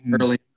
early